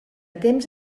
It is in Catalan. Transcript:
temps